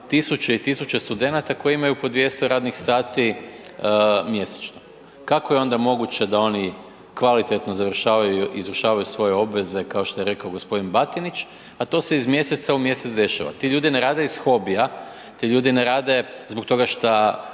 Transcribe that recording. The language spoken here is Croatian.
tisuće i tisuće studenata koji imaju po 200 radnih sati mjesečno? Kako je onda moguće da oni kvalitetno izvršavaju svoje obveze kao što je rekao gospodin Batinić, a to se iz mjeseca u mjesec dešava. Ti ljudi ne rade iz hobija, ti ljudi ne rade zbog toga šta